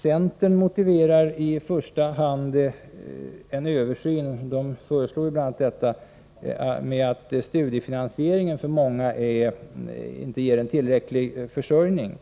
Centerpartiet motiverar i första hand en översyn, vilket man bl.a. föreslår, med att studiefinansieringen för många inte ger en tillräcklig försörjning.